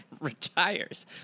Retires